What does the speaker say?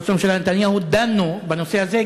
עם ראש הממשלה נתניהו דנו בנושא הזה,